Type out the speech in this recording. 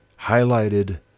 highlighted